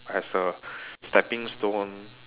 as a stepping stone